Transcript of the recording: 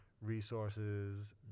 resources